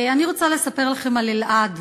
אני רוצה לספר לכם על אלעד,